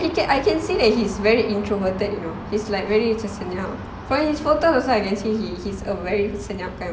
I can see that he's very introverted you know it's like very maacam senyap from his photo also I can see he he's a very senyap kind